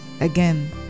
Again